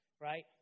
right